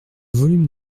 volume